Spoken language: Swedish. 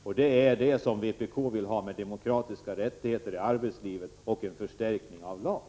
Vpk vill ha en garanti, med demokratiska rättigheter i arbetslivet och en förstärkning av LAS.